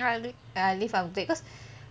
ah lift upgrade because